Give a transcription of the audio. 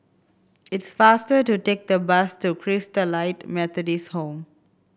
it's faster to take the bus to Christalite Methodist Home